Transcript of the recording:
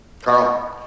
Carl